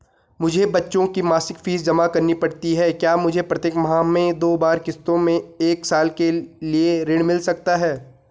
मुझे बच्चों की मासिक फीस जमा करनी पड़ती है क्या मुझे प्रत्येक माह में दो बार किश्तों में एक साल के लिए ऋण मिल सकता है?